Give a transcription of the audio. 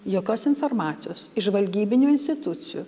jokios informacijos iš žvalgybinių institucijų